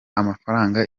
amafranga